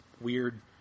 weird